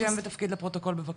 שם ותפקיד לפרוטוקול, בבקשה.